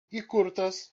įkurtas